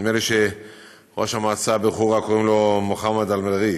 נדמה לי שלראש המועצה בחורה קוראים מוחמד אלנבארי,